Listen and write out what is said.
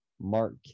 Mark